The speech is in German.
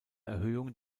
erhöhung